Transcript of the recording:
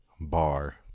bar